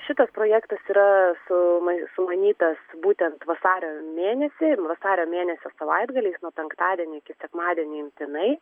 šitas projektas yra suma sumanytas būtent vasario mėnesiui vasario mėnesio savaitgaliais nuo penktadienio iki sekmadienio imtinai